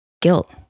guilt